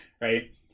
Right